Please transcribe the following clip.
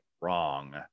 wrong